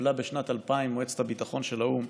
שהתקבלה בשנת 2000 במועצת הביטחון של האו"ם,